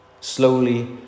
slowly